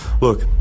look